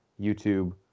YouTube